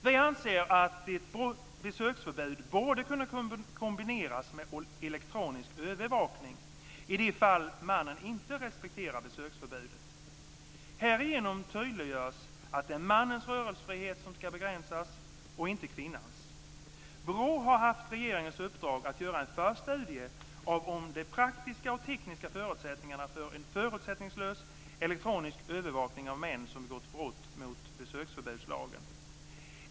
Vi anser att ett besöksförbud borde kunna kombineras med elektronisk övervakning i de fall mannen inte respekterar besöksförbudet. Härigenom tydliggörs att det är mannens rörelsefrihet som ska begränsas, inte kvinnans. BRÅ har haft regeringens uppdrag att göra en förstudie av de praktiska och tekniska förutsättningarna för en förutsättningslös elektronisk övervakning av män som begått brott mot besöksförbudslagen.